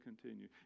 continue